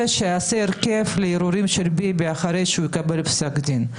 שיעשה הרכב לערעורים של ביבי אחרי שהוא יקבל פסק דין.